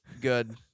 good